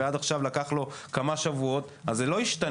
ועד עכשיו לקח לו כמה שבועות אז זה לא ישתנה,